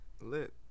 lit